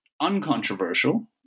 uncontroversial